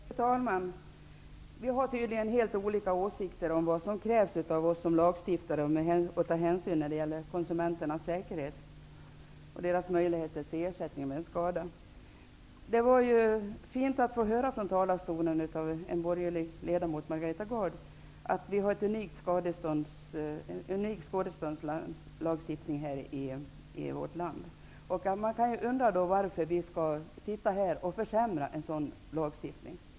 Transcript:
Fru talman! Vi har tydligen helt olika åsikter om vad som krävs av oss som lagstiftare när det gäller att ta hänsyn till konsumenternas säkerhet och deras möjligheter till ersättning vid en skada. Det var fint att få höra från talarstolen av en borgerlig ledamot, Margareta Gard, att vi har en unik skadeståndslagstiftning i vårt land. Man kan undra varför vi skall sitta här och försämra en sådan lagstiftning.